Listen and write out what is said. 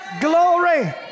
Glory